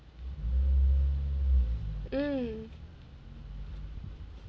mm